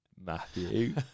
Matthew